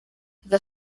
the